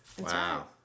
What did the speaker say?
Wow